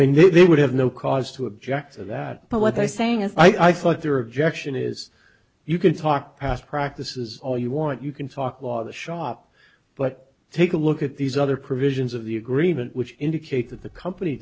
when they would have no cause to object to that but what they're saying is i thought their objection is you can talk past practices all you want you can talk while the shop but take a look at these other provisions of the agreement which indicate that the company